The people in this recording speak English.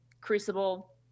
crucible